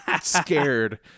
scared